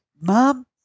mom